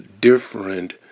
different